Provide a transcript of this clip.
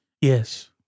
Yes